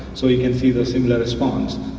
so you can see the similar response